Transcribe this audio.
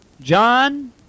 John